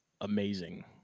amazing